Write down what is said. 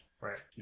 Right